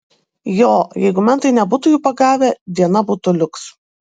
jo jeigu mentai nebūtų jų pagavę diena būtų liuks